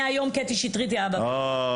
מהיום קטי שטרית היא אבא ואימא,